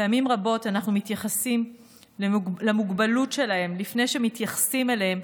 פעמים רבות אנחנו מתייחסים למוגבלות שלהם לפני שמתייחסים אליהם